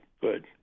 Good